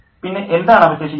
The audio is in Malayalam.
പിന്നെ എന്താണ് അവശേഷിക്കുന്നത്